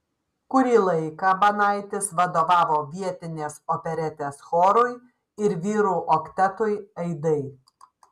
kurį laiką banaitis vadovavo vietinės operetės chorui ir vyrų oktetui aidai